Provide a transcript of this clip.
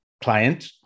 client